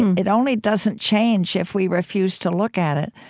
and it only doesn't change if we refuse to look at it.